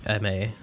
MA